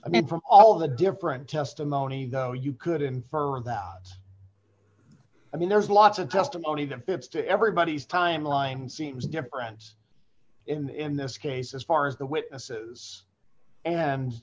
i mean from all the different testimony though you could infer that i mean there's lots of testimony that fits to everybody's timeline seems difference in this case as far as the witnesses and